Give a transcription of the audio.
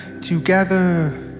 together